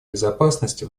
безопасности